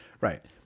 Right